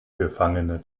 gefangene